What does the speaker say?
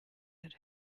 had